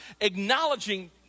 acknowledging